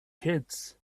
kids